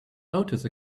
notice